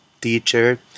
teacher